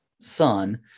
son